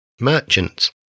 Merchants